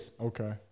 Okay